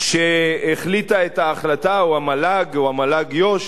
שהחליטה את ההחלטה או המל"ג, או המל"ג-יו"ש,